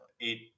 eight